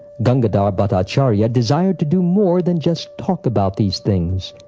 gangadhar bhattacharya desired to do more than just talk about these things,